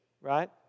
Right